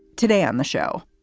today on the show.